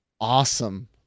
awesome